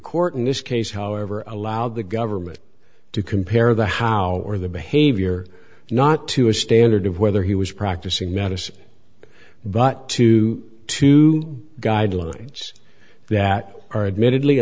court in this case however allowed the government to compare the how or the behavior not to a standard of whether he was practicing medicine but to two guidelines that are admitted